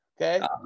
Okay